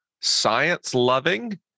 science-loving